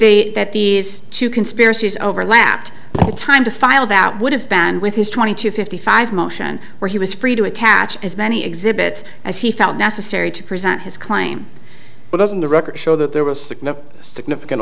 the that these two conspiracies overlapped time to file about would have been with his twenty two fifty five motion where he was free to attach as many exhibits as he felt necessary to present his claim but doesn't the record show that there was sick no significant